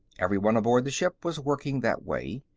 everyone aboard the ship was working that way.